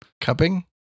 Cupping